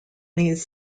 these